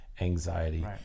anxiety